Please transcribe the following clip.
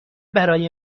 برای